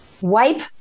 wipe